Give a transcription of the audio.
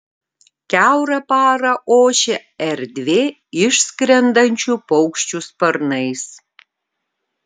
kiaurą parą ošia erdvė išskrendančių paukščių sparnais